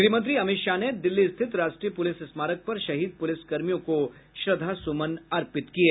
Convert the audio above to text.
गृह मंत्री अमित शाह ने दिल्ली स्थित राष्ट्रीय पुलिस स्मारक पर शहीद पुलिस कर्मियों को श्रद्धा सुमन अर्पित किये